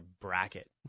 bracket